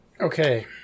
Okay